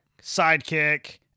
Sidekick